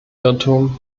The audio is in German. irrtum